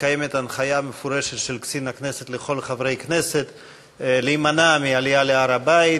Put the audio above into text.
ויש הנחיה מפורשת של קצין הכנסת לכל חברי הכנסת, להימנע מעלייה להר-הבית,